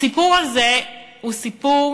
הסיפור הזה הוא סיפור